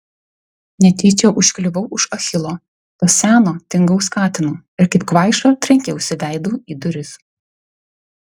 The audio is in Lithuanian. netyčia užkliuvau už achilo to seno tingaus katino ir kaip kvaiša trenkiausi veidu į duris